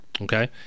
okay